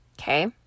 Okay